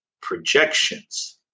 projections